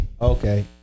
Okay